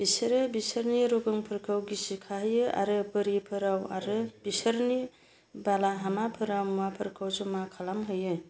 बिसोरो बिसोरनि रुगुंफोरखौ गिसिखाहोयो आरो बोरिफोराव आरो बिसोरनि बालाहामाफोराव मुवाफोरखौ जमा खालामहैयो